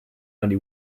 only